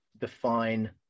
define